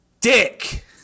dick